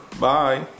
Bye